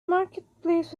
marketplace